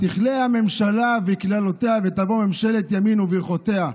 תכלה הממשלה וקללותיה ותבוא ממשלת ימין וברכותיה.